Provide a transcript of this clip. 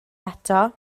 eto